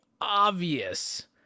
obvious